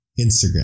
Instagram